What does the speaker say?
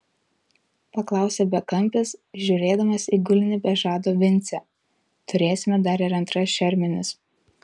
paklausė bekampis žiūrėdamas į gulintį be žado vincę turėsime dar ir antras šermenis